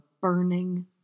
burning